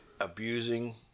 abusing